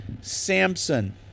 Samson